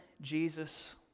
Jesus